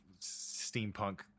steampunk